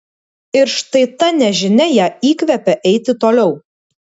ir štai ta nežinia ją įkvepia eiti toliau